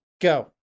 Go